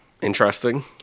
Interesting